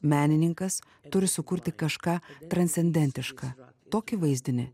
menininkas turi sukurti kažką transcendentišką tokį vaizdinį